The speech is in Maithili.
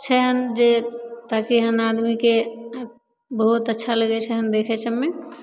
छै एहन जे ताकि एहन आदमीके बहुत अच्छा लगय छै देखय सभमे